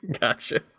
Gotcha